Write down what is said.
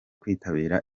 kwitabira